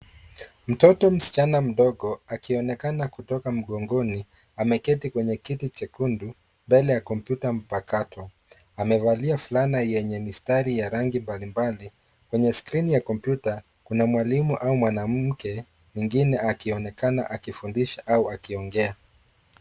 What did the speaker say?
Mtoto msichana mdogo akionekana kutoka mgongoni ameketi kwenye kiti chekundu mbele ya komputa mpakato. amevalia fulana yenye mistari ya rangi mbali mbali kwenye skrini ya komputa kuna mwalimu au mwanamke mwingine akionekana akifundisha au akiongea.